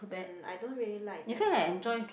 !mm! I don't really like that one